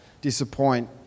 disappoint